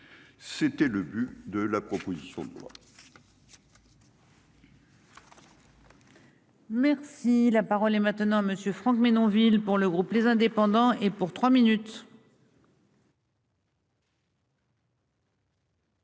c'était le but de la proposition de quoi.